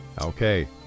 Okay